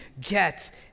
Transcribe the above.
get